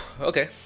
Okay